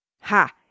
Ha